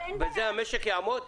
בזה המשק יעמוד?